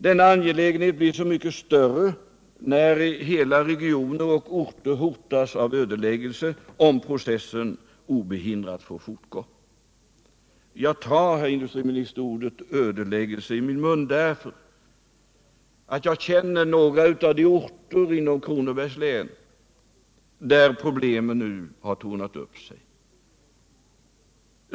Denna angelägenhet blir så mycket större när hela regioner och orter hotas av ödeläggelse, ifall processen obehindrat får fortgå. Jag tar, herr industriminister, ordet ödeläggelse i min mun därför att jag känner några av de orter inom Kronobergs län där problemen nu har tornat upp sig.